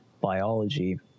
biology